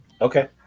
Okay